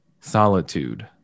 Solitude